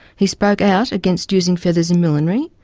he spoke out against using feathers in millinery,